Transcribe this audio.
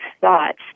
thoughts